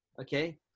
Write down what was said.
okay